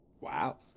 Wow